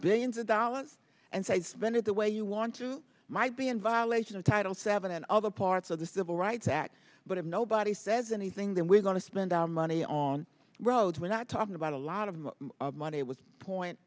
billions of dollars and say spend it the way you want to might be in violation of title seven and other parts of the civil rights act but if nobody says anything then we're going to spend our money on roads we're not talking about a lot of money was point